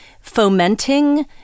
fomenting